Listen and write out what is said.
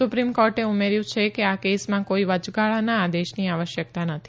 supreme કોર્ટે ઉમેર્થું કે આ કેસમાં કોઈ વચગાળાના આદેશની આવશ્યકતા નથી